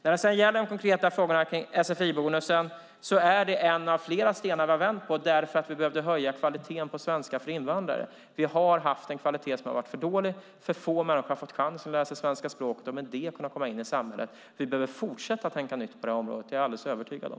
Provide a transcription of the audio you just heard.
När det gäller de konkreta frågorna kring sfi-bonusen: Detta är en av flera stenar vi har vänt på därför att vi behövde höja kvaliteten på svenska för invandrare. Vi har haft en för låg kvalitet. För få människor har fått chansen att lära sig svenska språket och därigenom kunna komma in i samhället. Vi behöver fortsätta att tänka nytt på det här området. Det är jag alldeles övertygad om.